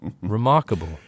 Remarkable